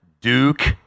Duke